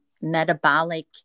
metabolic